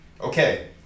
Okay